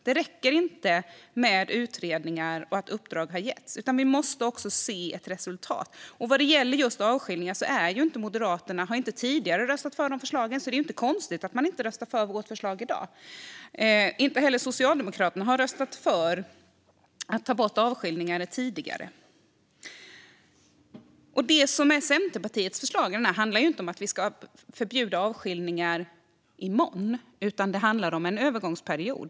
Det räcker inte med utredningar och att uppdrag har getts, utan vi måste också se ett resultat. Vad gäller just avskiljningar har Moderaterna inte tidigare röstat för de förslagen, så det är inte konstigt att man inte röstar för vårt förslag i dag. Inte heller Socialdemokraterna har röstat för att ta bort avskiljningar tidigare. Centerpartiets förslag i detta handlar inte om att vi ska förbjuda avskiljningar i morgon, utan det handlar om en övergångsperiod.